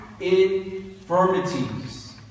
infirmities